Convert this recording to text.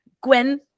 Gwen